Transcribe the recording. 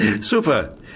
Super